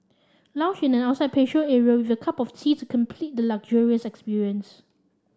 lounge in an outside patio area with a cup of teas complete the luxurious experience